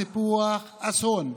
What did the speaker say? הסיפוח הוא אסון,